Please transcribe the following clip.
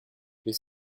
les